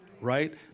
right